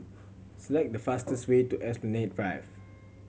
select the fastest way to Esplanade Drive